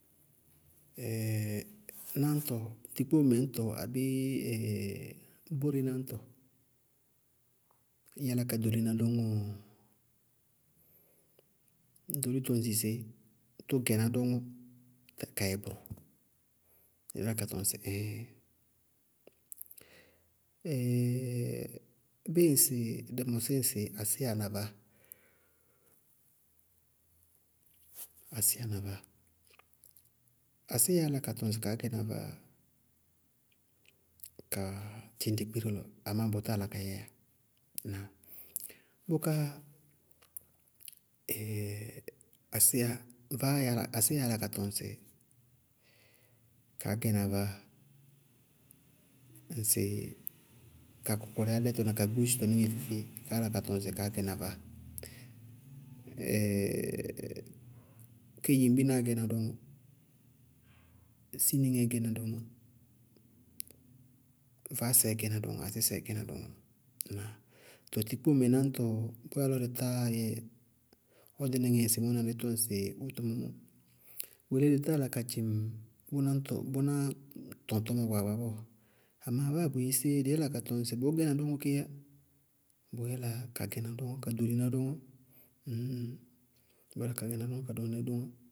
náñtɔ tikpóomɛ ñtɔ abéé bóre ñtɔ, ɩí yála ka ɖoliná dɔŋɔɔ? Ɖolito ŋsɩ sé? Tʋ gɩná dɔŋɔ kayɛ bʋrʋ, dɩí yála ka tɔŋ sɩ ŋ! Bíɩ ŋsɩ dɩ mɔsí ŋsɩ asíy na vaáa, asíy na vaáa, ásiyá yála ka tɔŋ kaá gɛna vaáa ka dzɩñ digbire lɔ, amá bʋtáa yála ka yɛɛ yá ŋnáa? Bʋká ásiya vaáa yála, ásiyá yála ka tɔŋ sɩ kaá gɛna vaáa ŋsɩ ka kɔkɔlɩyá lɛtɔ na ka gbósitɔ níŋɛ feé-feé, kaá yála ka tɔŋ sɩ kaá gɛna vaáa, kedzimbinaá gɛna dɔŋɔ, siniŋɛɛ gɛna dɔŋɔ, vaásɛɛ gɛna dɔŋɔ asísɛɛ gɛna dɔŋɔ, ŋnáa? Tɔɔ tikpóomɛ náñtɔ, bʋyáa lɔ dɩ táyɛ ɔdínɩŋɛ ŋsɩmɔɔ na dí tɔŋ sɩ wóto mɔɔ mɔ, bʋyelé dɩ táa yála ka dzɩŋ bʋná tɔ-bʋná tɔŋtɔñmɔ gbaagba bɔɔ, amá báa bʋyɛ séé dɩí yála ka tɔŋ sɩ bʋʋ gɛna dɔŋɔ kééyá. Bʋʋ yála ka gɛná dɔŋɔ ka ɖoliná dɔŋɔ. Ŋñŋ bʋʋ yála ka gɛná dɔŋɔ ka ɖoliná dɔŋɔ.